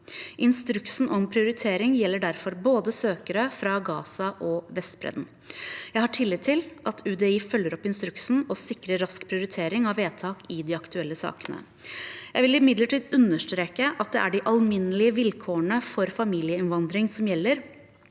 Instruksen om prioritering gjelder derfor søkere fra både Gaza og Vestbredden. Jeg har tillit til at UDI følger opp instruksen og sikrer rask prioritering av vedtak i de aktuelle sakene. Jeg vil imidlertid understreke at det er de alminnelige vilkårene for familieinnvandring som gjelder